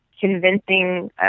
convincing